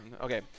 Okay